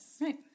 Right